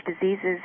diseases